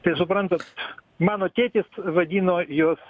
tai suprantat mano tėtis vadino juos